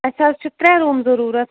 اسہِ حظ چھِ ترٛےٚ روٗم ضروٗرت